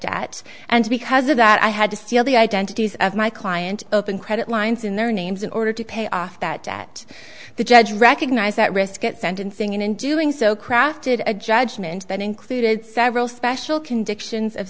debt and because of that i had to steal the identities of my client open credit lines in their names in order to pay off that debt the judge recognized that risk at sentencing and in doing so crafted a judgment that included several special convictions of